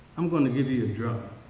i'm going to give you a drum.